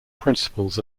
principles